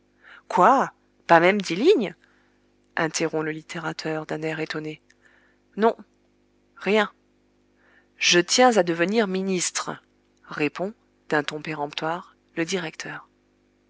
quoi pas même dix lignes interrompt le littérateur d'un air étonné non rien je tiens à devenir ministre répond d'un ton péremptoire le directeur